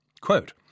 Quote